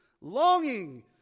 longing